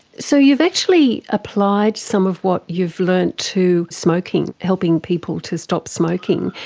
so you've actually applied some of what you've learnt to smoking, helping people to stop smoking.